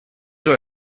were